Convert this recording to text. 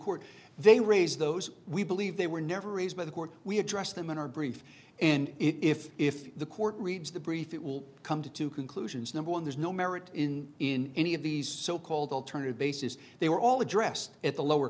court they raise those we believe they were never raised by the court we addressed them in our brief and if if the court reads the brief it will come to two conclusions number one there's no merit in in any of these so called alternative bases they were all addressed at the lower